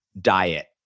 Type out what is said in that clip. diet